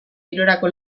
girorako